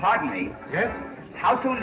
pardon me how to